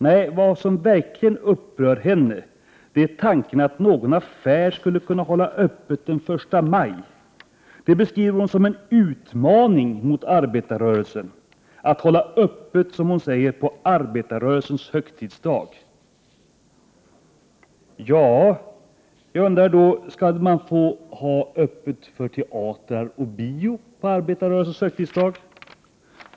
Nej, vad som verkligen upprör Maja Bäckström är tanken att någon affär skulle kunna hålla öppet första maj. Hon beskriver det som en utmaning mot arbetarrörelsen att ha öppet på arbetarrörelsens högtidsdag. Jag undrar då: Skall man få ha öppet för teater och filmförevisningar på arbetarrörelsens högtidsdag?